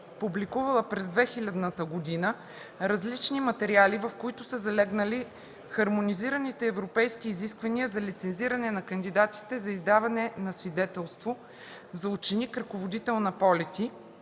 публикувала през 2000 г. различни материали, в които са залегнали хармонизираните европейски изисквания за лицензиране на кандидатите за издаване на свидетелство за ученик – ръководител на полети,